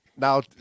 Now